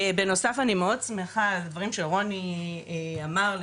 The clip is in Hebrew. בנוסף אני מאוד שמחה על הדברים שרוני אמר,